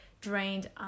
drained